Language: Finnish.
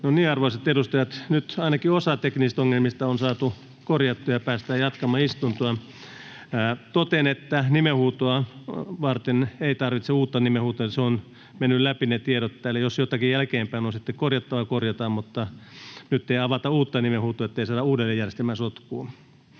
Arvoisat edustajat! Nyt ainakin osa teknisistä ongelmista on saatu korjattua, ja päästään jatkamaan istuntoa. Totean, että ei tarvita uutta nimenhuutoa. Ne tiedot ovat menneet läpi. Jos on jotakin korjattavaa jälkeenpäin, korjataan, mutta nyt ei avata uutta nimenhuutoa, ettei saada uudelleen järjestelmää sotkuun.